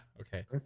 Okay